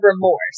remorse